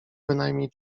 bynajmniej